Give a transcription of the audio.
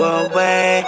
away